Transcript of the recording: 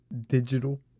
digital